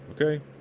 Okay